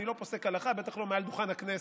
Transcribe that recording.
אני לא פוסק הלכה, בטח לא מעל דוכן הכנסת.